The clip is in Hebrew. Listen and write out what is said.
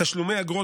תשלומי אגרות,